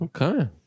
Okay